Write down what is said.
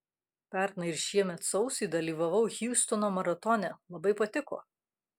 pernai ir šiemet sausį dalyvavau hiūstono maratone labai patiko